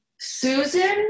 Susan